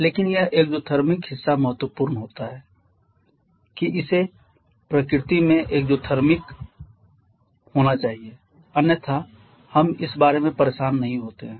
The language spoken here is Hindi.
लेकिन यह एक्ज़ोथिर्मिक हिस्सा महत्वपूर्ण होता है कि इसे प्रकृति में एक्ज़ोथिर्मिक होना चाहिए अन्यथा हम इस बारे में परेशान नहीं होते हैं